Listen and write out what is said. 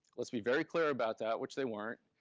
let's be very clear about that, which they weren't,